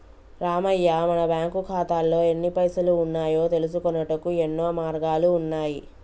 రామయ్య మన బ్యాంకు ఖాతాల్లో ఎన్ని పైసలు ఉన్నాయో తెలుసుకొనుటకు యెన్నో మార్గాలు ఉన్నాయి